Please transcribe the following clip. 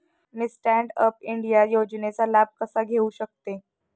मी stand up India योजनेचा लाभ कसा घेऊ शकते